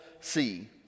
see